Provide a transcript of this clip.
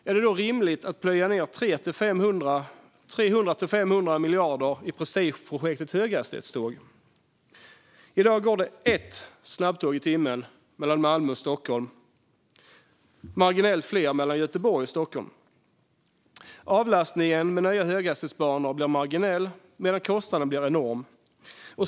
Är det då rimligt att plöja ner 300-500 miljarder i prestigeprojektet med höghastighetståg? I dag går det ett snabbtåg i timmen mellan Malmö och Stockholm, och marginellt fler mellan Göteborg och Stockholm. Avlastningen med nya höghastighetsbanor blir marginell medan kostnaden blir enorm.